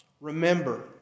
Remember